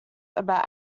about